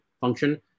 function